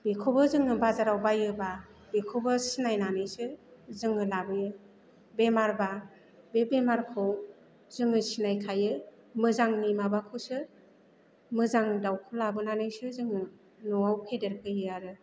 बेखौबो जोङो बाजाराव बाइयोबा बेखौबो सिनायनानैसो जोङो लाबोयो बेमारबा बे बेमारखौ जोङो सिनायखायो मोजांनि माबाखौसो मोजां दावखौ लाबोनानैसो जोङो न'वाव फेदेरफैयो आरो